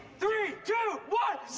three, two, one!